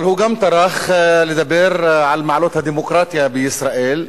אבל הוא גם טרח לדבר על מעלות הדמוקרטיה בישראל.